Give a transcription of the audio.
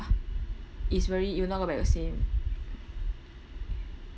is very it will not go back the same